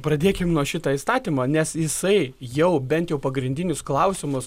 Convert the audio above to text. pradėkim nuo šito įstatymo nes jisai jau bent jau pagrindinius klausimus